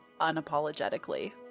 unapologetically